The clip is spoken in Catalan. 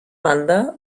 banda